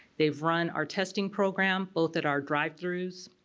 they've run our testing program both at our drive-thrus.